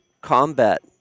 combat